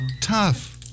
tough